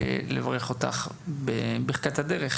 לברך אותך בברכת הדרך,